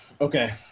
okay